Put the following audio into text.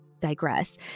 digress